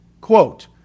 Quote